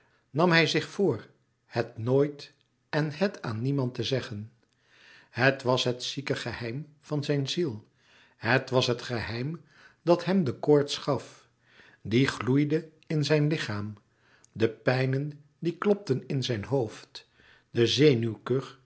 nam hij zich voor het nooit en het aan niemand te zeggen het was het zieke geheim van zijn ziel het was het geheim dat hem de koorts gaf die gloeide in zijn lichaam de pijnen die klopten in zijn hoofd den zenuwkuch